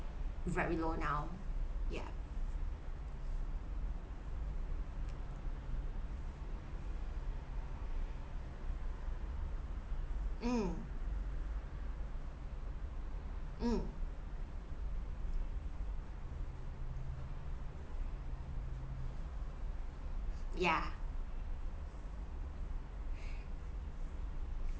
very low now yeah mm mm ya